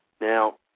Now